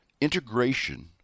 integration